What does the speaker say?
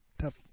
tough